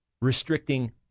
restricting